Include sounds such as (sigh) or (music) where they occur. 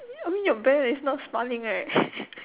I mean your bear is not smiling right (laughs)